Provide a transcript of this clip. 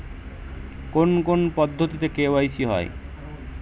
কোন কোন পদ্ধতিতে কে.ওয়াই.সি হয়?